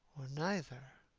or neither?